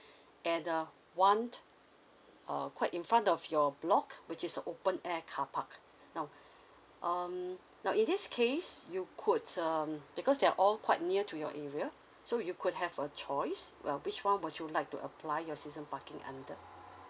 and the one uh quite in front of your block which is an open air carpark now um now in this case you could um because they're all quite near to your area so you could have a choice uh which one would you like to apply your season parking under